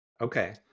Okay